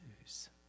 news